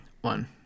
one